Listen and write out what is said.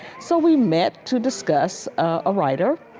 so we met to discuss a writer,